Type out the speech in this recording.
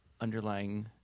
underlying